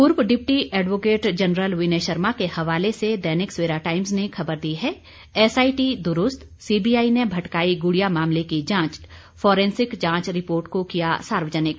पूर्व deputy advocate general Vinay Sharma के हवाले से दैनिक सवेरा टाइम्स ने खबर दी है एसआईटी दुरुस्त सीबीआई ने भटकाई ग्रड़िया मामले की जांच फॉरेंसिक जांच रिपोर्ट को किया सार्वजनिक